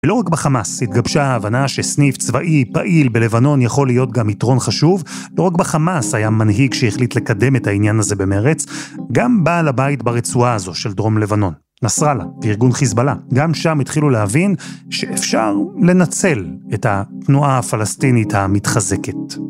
ולא רק בחמאס התגבשה ההבנה שסניף צבאי פעיל בלבנון יכול להיות גם יתרון חשוב, לא רק בחמאס היה מנהיג שהחליט לקדם את העניין הזה במרץ, גם בעל הבית ברצועה הזו של דרום לבנון, נסראללה וארגון חיזבאללה, גם שם התחילו להבין שאפשר לנצל את התנועה הפלסטינית המתחזקת.